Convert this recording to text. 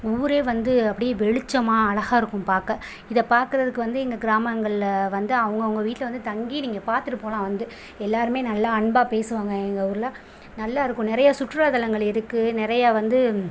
ஊரே வந்து அப்படியே வெளிச்சமாக அழகாக இருக்கும் பார்க்க இதை பார்க்கறதுக்கு வந்து எங்கள் கிராமங்களில் வந்து அவங்க அவங்க வீட்டில் வந்து தங்கி நீங்கள் பார்த்துட்டு போகலாம் வந்து எல்லோருமே நல்லா அன்பாக பேசுவாங்க எங்கள் ஊரில் நல்லா இருக்கும் நிறைய சுற்றுலா தலங்கள் இருக்கு நிறைய வந்து